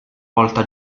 volta